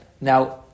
Now